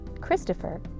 Christopher